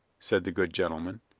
said the good gentleman.